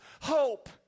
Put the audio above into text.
hope